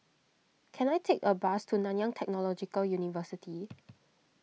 can I take a bus to Nanyang Technological University